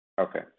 Okay